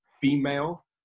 female